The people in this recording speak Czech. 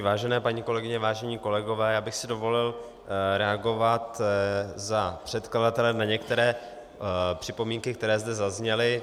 Vážené paní kolegyně, vážení kolegové, já bych si dovolil reagovat za předkladatele na některé připomínky, které zde zazněly.